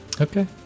okay